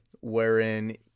Wherein